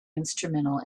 instrumental